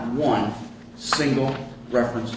one single reference